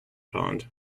pond